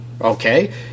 Okay